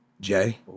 Jay